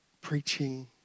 Preaching